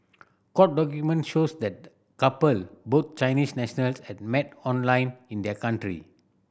court documents show that the couple both Chinese national had met online in their country